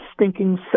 stinking